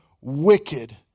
wicked